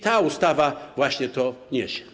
Ta ustawa właśnie to niesie.